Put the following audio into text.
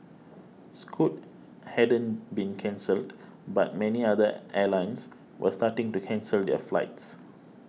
scoot hadn't been cancelled but many other airlines were starting to cancel their flights